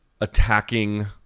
attacking